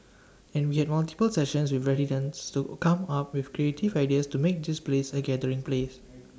and we had multiple sessions with residents to come up with creative ideas to make this place A gathering place